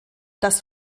das